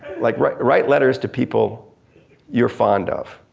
like write write letters to people you're fond of.